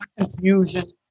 Confusion